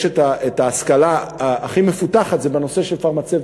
את ההשכלה הכי מפותחת בנושא של פרמצבטיקה,